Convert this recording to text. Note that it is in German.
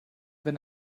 wenn